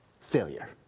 failure